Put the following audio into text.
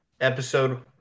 episode